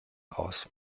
aus